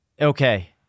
Okay